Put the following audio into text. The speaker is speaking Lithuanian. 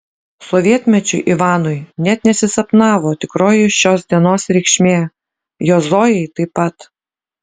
sovietmečiu ivanui net nesisapnavo tikroji šios dienos reikšmė jo zojai taip pat